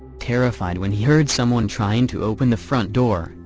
terrified when he heard someone trying to open the front door,